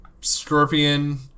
Scorpion